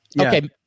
Okay